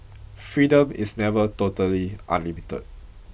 freedom is never totally unlimited